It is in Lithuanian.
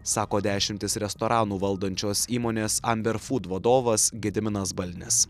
sako dešimtis restoranų valdančios įmonės amber food vadovas gediminas balnis